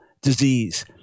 disease